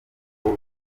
nabo